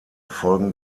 folgen